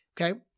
okay